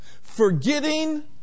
Forgetting